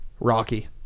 Rocky